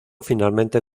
finalmente